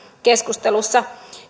keskusteluissa